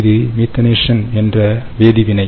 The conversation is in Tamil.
இது மீத்தனேஷன் என்ற வேதி வினை